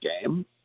game